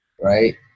right